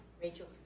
rachael